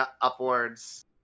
upwards